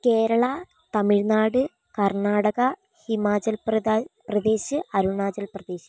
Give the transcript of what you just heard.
Kerala Tamil Nadu Karnataka Himachal Pradesh Arunachal Pradesh